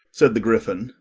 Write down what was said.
said the gryphon,